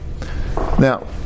Now